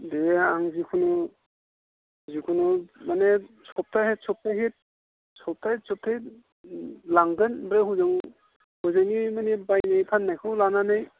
दे आं जिखुनु जिखुनु माने सप्ताहै सप्ताहै सप्तायै सप्तायै लांगोन ओमफ्राय हजों हजोङै माने बायनाय फाननायखौ लानानै